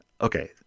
okay